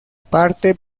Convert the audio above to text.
parte